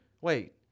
Wait